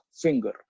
finger